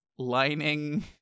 lining